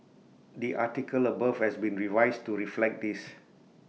the article above has been revised to reflect this